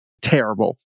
terrible